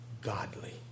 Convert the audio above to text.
godly